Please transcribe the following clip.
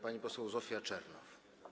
Pani poseł Zofia Czernow.